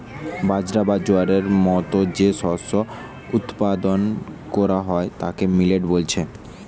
বাজরা, জোয়ারের মতো যে শস্য উৎপাদন কোরা হয় তাকে মিলেট বলছে